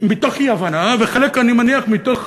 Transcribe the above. אי-הבנה וחלק, אני מניח, מתוך